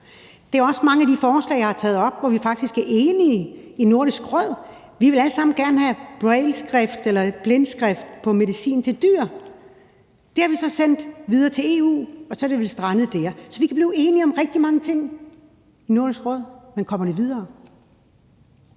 Der er også mange af de forslag, jeg har taget op, som vi faktisk er enige om i Nordisk Råd. Vi vil alle sammen gerne have brailleskrift, altså blindeskrift, på medicin til dyr, og det har vi så sendt videre til EU, og så er det vel strandet der. Så vi kan blive enige om rigtig mange ting i Nordisk Råd, men kommer det videre?